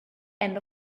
end